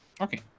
Okay